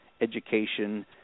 education